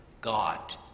God